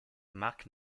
mark